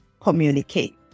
communicate